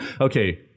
Okay